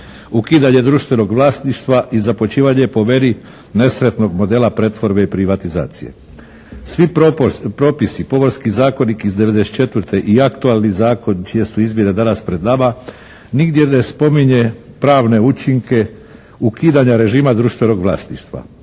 ukidanje društvenog vlasništva i započinjanje po meni nesretnog modela pretvorbe i privatizacije. Svi propisi, Pomorski zakonik iz '94. i aktualni zakon čije su izmjene danas pred nama nigdje ne spominje pravne učinke ukidanja režima društvenog vlasništva.